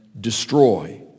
destroy